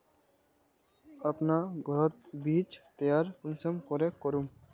अपना घोरोत बीज तैयार कुंसम करे करूम?